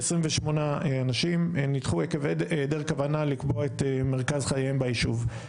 28 אנשים נדחו עקב היעדר כוונה לקבוע את מרכז חייהם ביישוב,